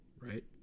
right